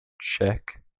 check